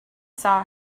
saw